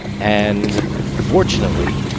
and fortunately,